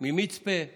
ממצפה ומדימונה?